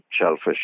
shellfish